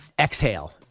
Exhale